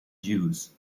jews